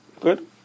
Good